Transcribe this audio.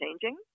changing